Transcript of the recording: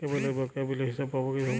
কেবলের বকেয়া বিলের হিসাব পাব কিভাবে?